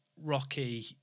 rocky